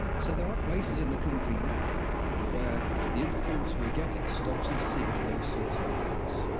so there are places in the country now where the interference we're getting stops us seeing those sorts of events.